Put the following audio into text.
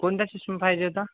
कोणत्या सिस्टम पाहिजे होता